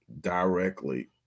directly